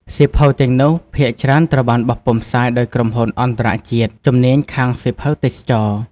សៀវភៅទាំងនោះ ភាគច្រើនត្រូវបានបោះពុម្ពផ្សាយដោយក្រុមហ៊ុនអន្តរជាតិជំនាញខាងសៀវភៅទេសចរណ៍។